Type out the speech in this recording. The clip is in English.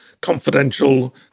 confidential